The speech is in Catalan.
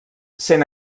sent